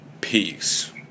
peace